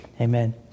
Amen